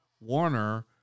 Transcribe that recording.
Warner